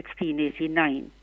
1689